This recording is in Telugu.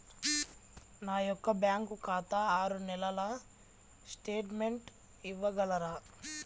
నా యొక్క బ్యాంకు ఖాతా ఆరు నెలల స్టేట్మెంట్ ఇవ్వగలరా?